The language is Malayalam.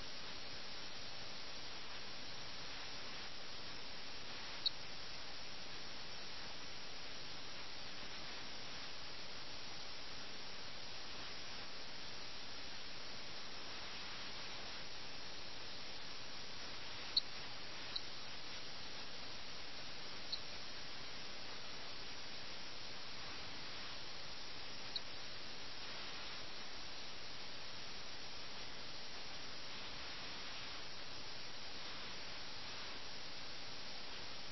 അതുകൊണ്ട് മിറിന്റെ ഭാഗത്ത് നിന്ന് നമുക്ക് കാണാൻ കഴിയുന്ന ഖേദപ്രകടനം യഥാർത്ഥ ഖേദമല്ല അത് ഒരു നിസ്സഹമായ ഖേദമാണ് അത് ഒരു ബാഹ്യമായ ഖേദമാണ് അതിന്റെ അർത്ഥം യഥാർത്ഥ വികാരം അവിടെ ഇല്ല ഖേദം ഒരു ഉപായമായി ഉപയോഗിക്കപ്പെടുന്നുവെന്ന് മിർസ ശരിയായി ചൂണ്ടിക്കാണിക്കുന്നു ഗെയിമിൽ നിന്ന് അവനെ വ്യതിചലിപ്പിക്കാനുള്ള ഒരു ഒഴികഴിവ് മാത്രമാണ് അവൻ അത് ചെയ്യാൻ ആഗ്രഹിക്കുന്നില്ല